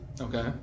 Okay